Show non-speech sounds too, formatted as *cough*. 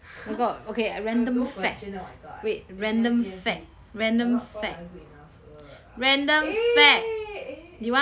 *laughs* got no question oh my god then just say just say at what point are you good enough *noise* eh eh eh